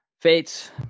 Fates